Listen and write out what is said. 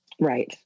Right